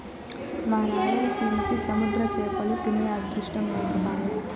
మా రాయలసీమకి సముద్ర చేపలు తినే అదృష్టం లేకపాయె